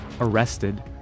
arrested